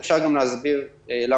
אם תרצו, אפשר להסביר גם למה.